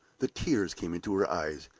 the tears came into her eyes,